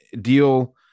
deal